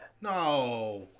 No